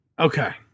Okay